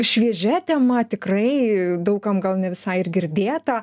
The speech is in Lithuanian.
šviežia tema tikrai daug kam gal ne visai ir girdėta